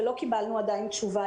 ולא קיבלנו עדיין תשובה.